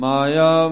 Maya